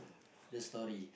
the story